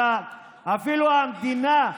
ואפילו המדינה,